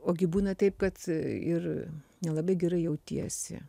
o gi būna taip kad ir nelabai gerai jautiesi